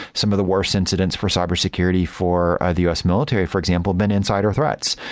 some of the worst incidents for cybersecurity for the us military, for example, been insider threats,